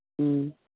ꯎꯝ